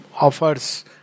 offers